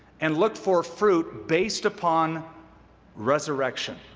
and look for fruit based upon resurrection.